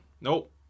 Nope